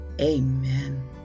amen